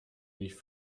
nicht